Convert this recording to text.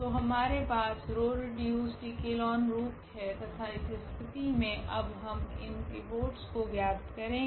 तो हमारे पास रॉ रिड्यूसड इक्लोन रूप है तथा इस स्थिति मे अब हम इन पिवोट्स को ज्ञात करेगे